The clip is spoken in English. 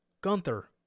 Gunther